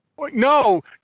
no